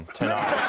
tonight